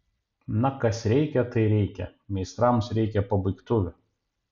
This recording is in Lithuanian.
na kas reikia tai reikia meistrams reikia pabaigtuvių